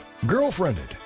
Girlfriended